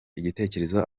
igitekerezo